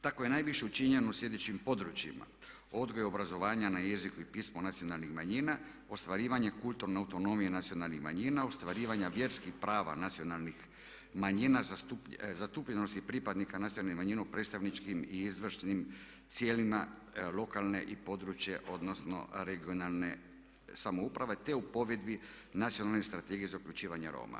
Tako je najviše učinjeno u sljedećim područjima: odgoj i obrazovanje na jeziku i pismu nacionalnih manjina, ostvarivanje kulturne autonomije nacionalnih manjina, ostvarivanje vjerskih prava nacionalnih manjina, zastupljenosti pripadnika nacionalnih manjina u predstavničkim i izvršnim tijelima lokalne i područne (regionalne) samouprave te u provedbi nacionalne Strategije za uključivanje Roma.